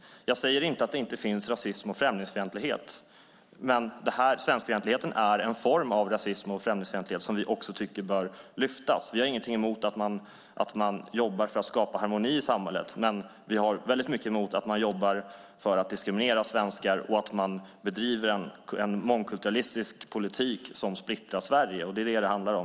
Jag säger inte att det inte finns rasism och främlingsfientlighet, men svenskfientligheten är en form av främlingsfientlighet och rasism som vi tycker bör lyftas. Vi har ingenting emot att man jobbar för att skapa harmoni i samhället, men vi har väldigt mycket mot att man jobbar för att diskriminera svenskar och att man bedriver en mångkulturell politik som splittrar Sverige. Det är vad det handlar om.